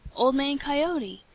old man coyote.